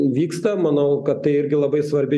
vyksta manau kad tai irgi labai svarbi